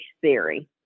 theory